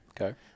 Okay